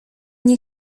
nie